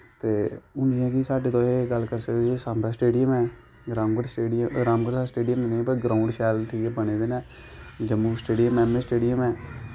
ते हून जि'यां कि साढ़े ताईं गल्ल करी सकने सांबै स्टेडियम ऐ रामगढ़ स्टेडियम ते निं पर ग्राऊंड शैल ठीक बने दे न जम्मू स्टेडियम ऐम ऐ स्टेडियम ऐ